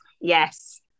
Yes